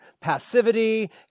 passivity